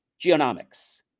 geonomics